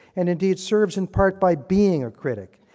and indeed serves in part by being a critic.